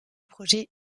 projet